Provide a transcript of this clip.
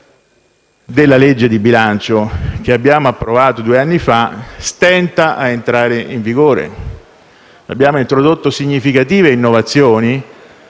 della legge di bilancio che abbiamo approvato due anni fa stenta a entrare in vigore. Abbiamo introdotto significative innovazioni